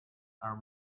are